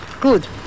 good